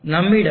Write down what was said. நம்மிடம்